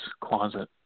closet